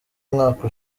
umwaka